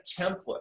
template